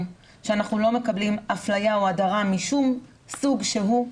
שאנחנו לא מקבלים אפליה או הדרה משום סוג שהוא.